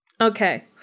Okay